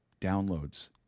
downloads